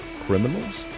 criminals